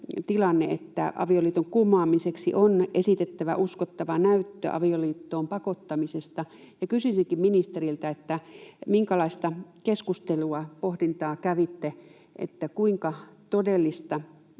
että avioliiton kumoamiseksi on esitettävä uskottava näyttö avioliittoon pakottamisesta. Kysyisinkin ministeriltä: minkälaista keskustelua, pohdintaa kävitte, kuinka todellisia